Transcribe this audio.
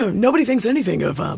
so nobody thinks anything of um